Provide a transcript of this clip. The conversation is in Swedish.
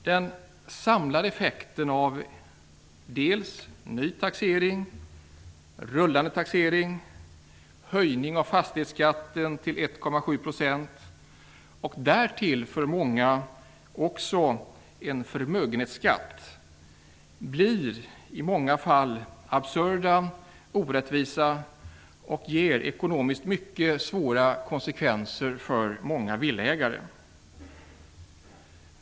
Den samlade effekten av ny taxering, rullande taxering, höjning av fastighetsskatten till 1,7 % och därtill för många också en förmögenhetsskatt blir i många fall absurd och orättvis och ger mycket svåra ekonomiska konsekvenser för många villaägare.